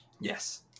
Yes